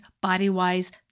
body-wise